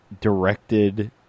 directed